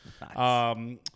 Nice